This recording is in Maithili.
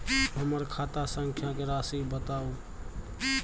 हमर खाता संख्या के राशि बताउ